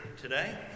today